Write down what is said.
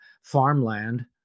farmland